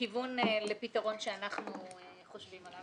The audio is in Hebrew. הכיוון לפתרון שאנחנו חושבים עליו.